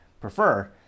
prefer